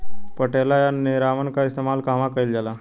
पटेला या निरावन का इस्तेमाल कहवा कइल जाला?